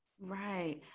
Right